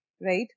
right